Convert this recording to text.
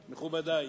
מכובדי,